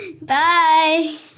Bye